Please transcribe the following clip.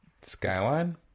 Skyline